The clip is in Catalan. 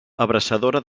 abraçadora